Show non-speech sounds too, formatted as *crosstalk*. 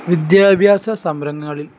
വിദ്യാഭ്യാസ സംര *unintelligible* ങ്ങളിൽ